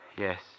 Yes